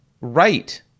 right